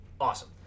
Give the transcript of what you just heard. Awesome